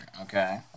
okay